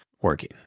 working